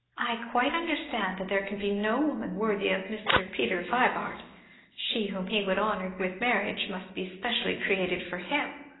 i quite understand that there can be no woman worthy of mr. peter vibart she whom he would honor with marriage must be specially created for him!